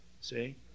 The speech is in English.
See